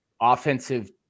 offensive